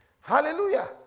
Hallelujah